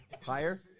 Higher